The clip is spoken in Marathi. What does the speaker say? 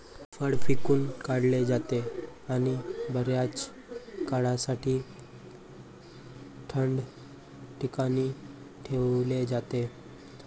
फळ पिळून काढले जाते आणि बर्याच काळासाठी थंड ठिकाणी ठेवले जाते